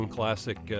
classic